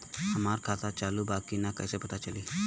हमार खाता चालू बा कि ना कैसे पता चली?